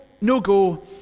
no-go